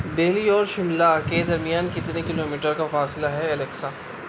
دہلی اور شملہ کے درمیان کتنے کلو میٹر کا فاصلہ ہے الیکسا